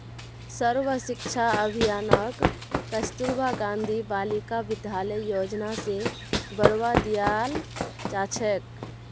सर्व शिक्षा अभियानक कस्तूरबा गांधी बालिका विद्यालय योजना स बढ़वा दियाल जा छेक